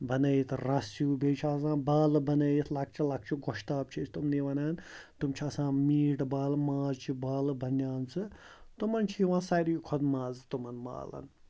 بنٲیِتھ رَس ہیوٗ بیٚیہِ چھِ آسان بالہٕ بنٲیِتھ لۄکچہٕ لۄکچہٕ گۄشتاب چھِ أسۍ تِمنٕے وَنان تِم چھِ آسان میٖٹ بالہٕ مازچہٕ بالہٕ بنیمژٕ تِمَن چھِ یِوان ساروِی کھۄتہٕ مَزٕ تِمَن بالَن